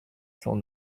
cent